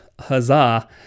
Huzzah